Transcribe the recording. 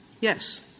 Yes